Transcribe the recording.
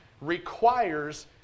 requires